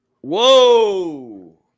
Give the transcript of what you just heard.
Whoa